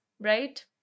right